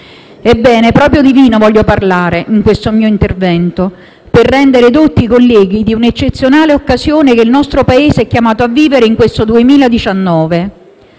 Ebbene, proprio di vino voglio parlare in questo mio intervento, per rendere edotti i colleghi di un'eccezionale occasione che il nostro Paese è chiamato a vivere in questo 2019.